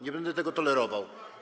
Nie będę tego tolerował.